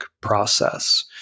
process